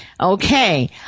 Okay